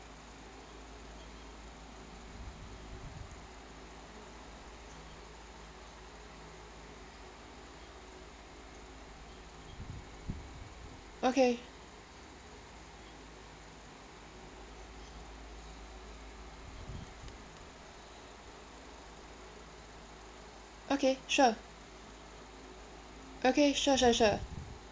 okay okay sure okay sure sure sure